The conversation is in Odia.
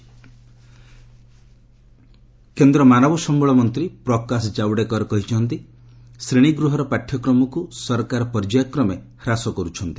ଜାଓଡେକର ସ୍କୁଲ୍ କେନ୍ଦ୍ର ମାନବ ସମ୍ଭଳ ମନ୍ତ୍ରୀ ପ୍ରକାଶ ଜାୱଡେକର କହିଛନ୍ତି ଯେ ଶ୍ରେଣୀଗୃହର ପାଠ୍ୟକ୍ରମକୁ ସରକାର ପର୍ଯ୍ୟାୟକ୍ରମେ ହ୍ରାସ କରୁଛନ୍ତି